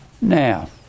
Now